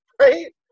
right